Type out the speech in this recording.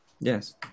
Yes